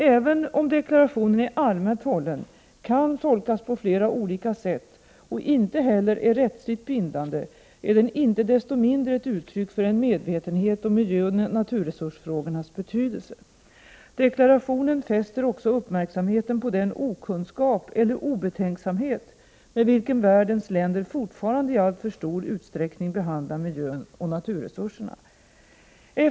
Även om deklarationen är allmänt hållen, kan tolkas på flera olika sätt och inte heller är rättsligt bindande är den inte desto mindre ett uttryck för en medvetenhet om miljöoch naturresursfrågornas betydelse. Deklarationen fäster också uppmärksamheten på den okunskap eller obetänksamhet med vilken världens länder fortfarande i alltför stor utsträckning behandlar miljön och naturresurserna.